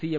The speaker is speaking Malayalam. C M